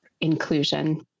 inclusion